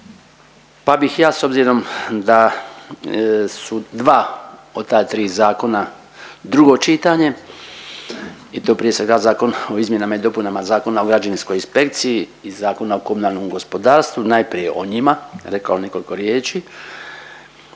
pa bih ja s obzirom da su dva od ta tri zakona drugo čitanje i to prije svega Zakon o izmjenama i dopunama Zakona o građevinskoj inspekciji i Zakona o komunalnom gospodarstvu, najprije o njima rekao nekoliko riječi,